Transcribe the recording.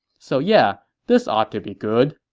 so yeah this ought to be good